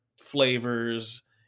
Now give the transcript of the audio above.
flavors